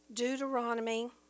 Deuteronomy